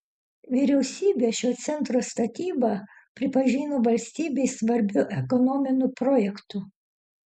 vyriausybė šio centro statybą pripažino valstybei svarbiu ekonominiu projektu